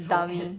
dummy